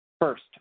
First